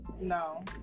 No